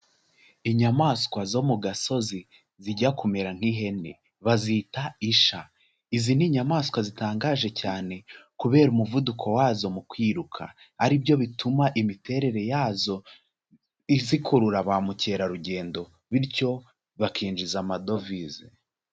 Inyamaswa zo mu gasozi zijya kumera nk'ihene, bazita isha, izi ni inyamaswa zitangaje cyane kubera umuvuduko wazo mu kwiruka, ari byo bituma imiterere yazo zikurura ba mukerarugendo bityo bakinjiza amadovize.